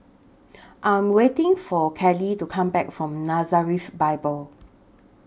I Am waiting For Kaley to Come Back from Nazareth Bible